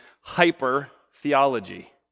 hyper-theology